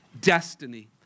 destiny